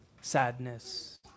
sadness